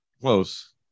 Close